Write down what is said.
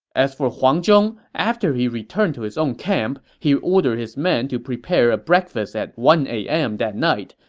as for huang zhong, after he returned to his own camp, he ordered his men to prepare breakfast at one a m. that night,